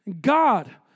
God